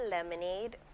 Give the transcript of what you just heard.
Lemonade